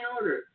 order